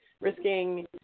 risking